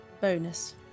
bonus